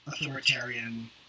authoritarian